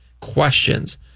questions